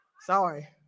Sorry